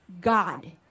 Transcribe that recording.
God